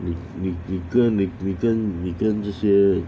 你你你跟你你跟你跟这些